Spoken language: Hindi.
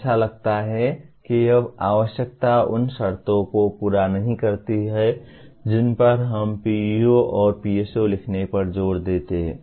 ऐसा लगता है कि यह आवश्यकता उन शर्तों को पूरा नहीं करती है जिन पर हम PEO और PSO लिखने पर जोर देते रहे हैं